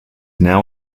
now